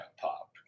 pop